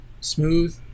smooth